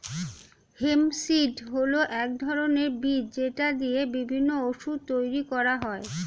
hemp seed হল এক ধরনের বীজ যেটা দিয়ে বিভিন্ন ওষুধ তৈরি করা হয়